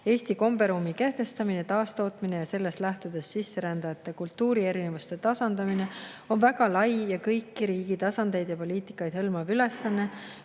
Eesti komberuumi kehtestamine, taastootmine ja sellest lähtudes sisserändajate kultuurierinevuste tasandamine on väga lai ja kõiki riigi tasandeid ja poliitikaid hõlmav ülesanne,